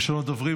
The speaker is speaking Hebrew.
ראשון הדוברים,